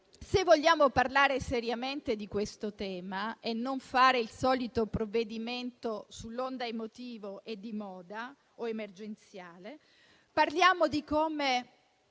Se vogliamo parlare seriamente di questo tema e non fare il solito provvedimento sull'onda emotiva o emergenziale, parliamo di come